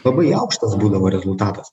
labai aukštas būdavo rezultatas